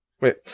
wait